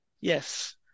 Yes